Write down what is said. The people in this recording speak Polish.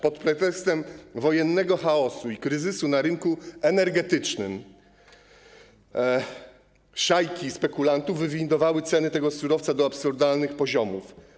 Pod pretekstem wojennego chaosu i kryzysu na rynku energetycznym szajki spekulantów wywindowały ceny tego surowca do absurdalnych poziomów.